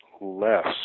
less